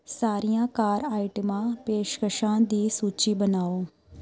ਸਾਰੀਆਂ ਕਾਰ ਆਈਟਮਾਂ ਪੇਸ਼ਕਸ਼ਾਂ ਦੀ ਸੂਚੀ ਬਣਾਓ